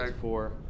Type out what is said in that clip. four